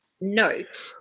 note